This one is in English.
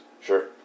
Sure